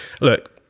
look